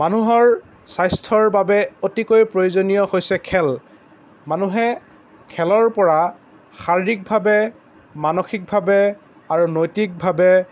মানুহৰ স্ৱাস্থ্যৰ বাবে অতিকৈ প্ৰয়োজনীয় হৈছে খেল মানুহে খেলৰ পৰা শাৰীৰিকভাৱে মানসিকভাৱে আৰু নৈতিকভাৱে